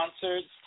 concerts